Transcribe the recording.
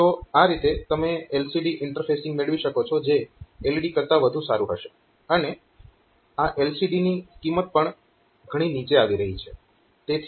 તો આ રીતે તમે LCD ઇન્ટરફેસિંગ મેળવી શકો છો જે LED કરતાં વધુ સારું હશે અને આ LCD ની કિંમત પણ ઘણી નીચે આવી રહી છે